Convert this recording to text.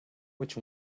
which